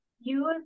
use